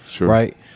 Right